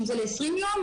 אם זה ל-20 יום,